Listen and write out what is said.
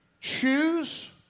choose